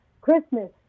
Christmas